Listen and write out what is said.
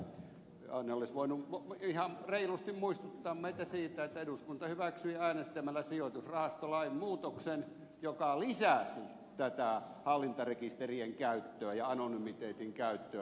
hän olisi voinut ihan reilusti muistuttaa meitä siitä että eduskunta hyväksyi äänestämällä sijoitusrahastolain muutoksen joka lisäsi tätä hallintarekisterien käyttöä ja anonymiteetin käyttöä